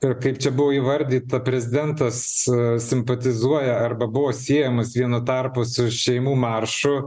ir kaip čia buvo įvardyta prezidentas simpatizuoja arba buvo siejamas vienu tarpu su šeimų maršu